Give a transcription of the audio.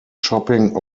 shopping